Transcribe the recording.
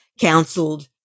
counseled